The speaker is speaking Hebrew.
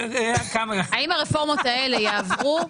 האם הרפורמות האלה יעברו,